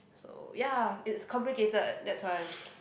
so ya it's complicated that's why